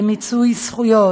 למיצוי זכויות.